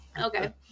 Okay